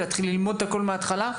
ולהתחיל ללמוד את הכול מההתחלה.